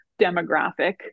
demographic